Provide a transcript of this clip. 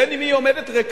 בין אם היא עומדת ריקה,